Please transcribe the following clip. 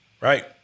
right